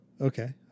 Okay